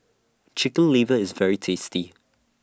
Chicken Liver IS very tasty